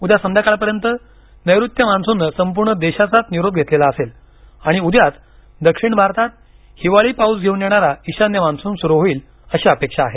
उद्या संध्याकाळपर्यंत नैर्ऋत्य मान्सूननं संपूर्ण देशाचाच निरोप घेतलेला असेल आणि उद्याच दक्षिण भारतात हिवाळी पाऊस घेऊन येणारा ईशान्य मान्सून सुरु होईल अशी अपेक्षा आहे